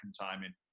timing